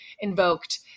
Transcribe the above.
invoked